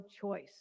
choice